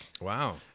Wow